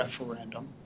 referendum